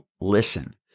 listen